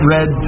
Red